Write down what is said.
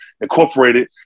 Incorporated